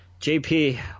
jp